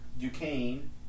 Duquesne